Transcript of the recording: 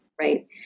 right